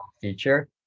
feature